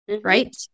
right